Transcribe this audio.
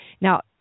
Now